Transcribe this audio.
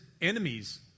enemies